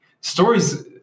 stories